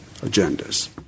agendas